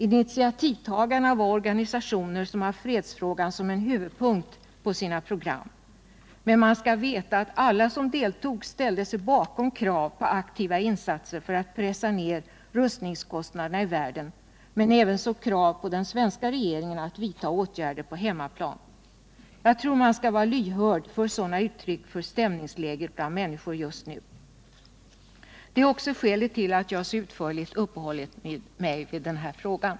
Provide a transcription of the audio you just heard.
Initiativtagarna var organisationer som har fredsfrågan som en huvudpunkt på sina program. Och alla som deltog ställde sig bakom krav på aktiva insatser för att pressa ner rustningskostnaderna i världen men ävenså krav på den svenska regeringen att vidta åtgärder på hemmaplan. Jag tror att man skall vara lyhörd för sådana uttryck för stämningsläget bland människorna just nu. Det är också skälet till att jag så utförligt har uppehållit mig vid denna fråga.